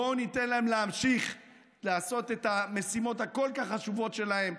בואו ניתן להם להמשיך לעשות את המשימות הכל-כך חשובות שלהם.